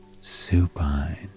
supine